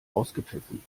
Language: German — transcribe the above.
ausgepfiffen